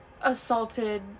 assaulted